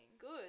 Good